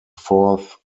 fourth